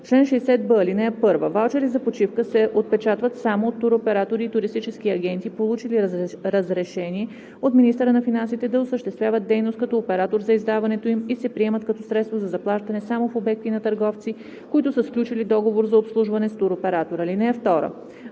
Чл. 60б. (1) Ваучери за почивка се отпечатват само от туроператори и туристически агенти, получили разрешение от министъра на финансите да осъществяват дейност като оператор за издаването им, и се приемат като средство за заплащане само в обекти на търговци, които са сключили договор за обслужване с оператор. (2)